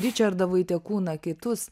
ričardą vaitiekūną kitus